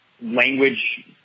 language